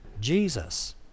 Jesus